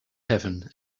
heaven